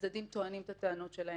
הצדדים טוענים את הטענות שלהם,